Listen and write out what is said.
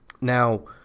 Now